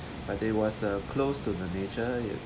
but there was a close to the nature you